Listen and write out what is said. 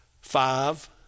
Five